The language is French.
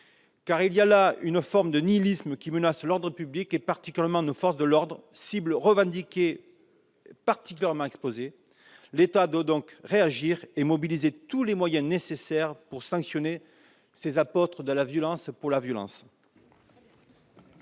il y a là une forme de nihilisme qui menace l'ordre public et, particulièrement, nos forces de l'ordre, cible revendiquée et particulièrement exposée. L'État doit donc réagir et mobiliser tous les moyens nécessaires pour sanctionner ces apôtres de la violence pour la violence